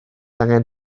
angen